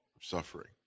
suffering